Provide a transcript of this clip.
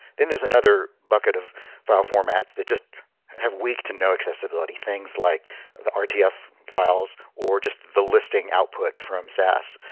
then there's another bucket of file formats they just have weak to no accessibility, things like the rtf files or just the listing output from sas.